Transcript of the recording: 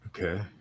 Okay